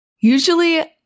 usually